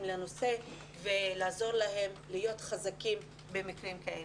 לנושא ולעזור להם להיות חזקים במקרים כאילו.